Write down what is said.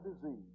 disease